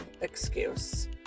excuse